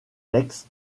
textes